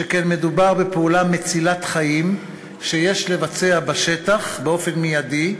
שכן מדובר בפעולה מצילת חיים שיש לבצע בשטח באופן מיידי,